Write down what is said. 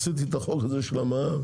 עשיתי החוק הזה של המע"מ,